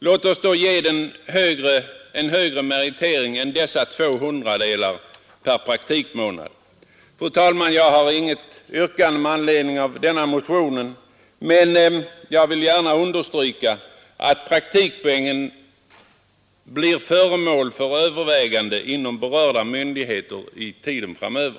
Låt oss därför ge den en högre meritering än dessa två hundradelar per månad. Fru talman! Jag har inget yrkande med anledning av motionen, men jag vill gärna understryka angelägenheten av att praktikpoängen blir föremål för övervägande inom berörda myndigheter framöver.